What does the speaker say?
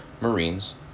marines